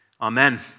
Amen